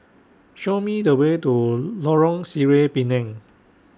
Show Me The Way to Lorong Sireh Pinang